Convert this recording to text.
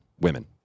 women